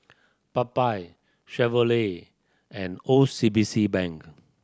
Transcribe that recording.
Popeye Chevrolet and O C B C Bank